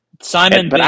Simon